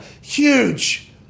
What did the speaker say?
huge